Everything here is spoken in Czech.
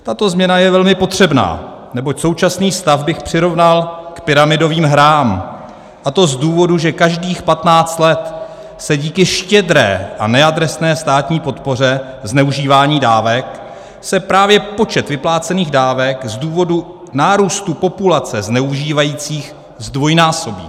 Tato změna je velmi potřebná, neboť současný stav bych přirovnal k pyramidovým hrám, a to z důvodu, že každých 15 let se díky štědré a neadresné státní podpoře zneužívání dávek právě počet vyplácených dávek z důvodu nárůstu populace zneužívajících zdvojnásobí.